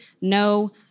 no